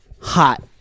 hot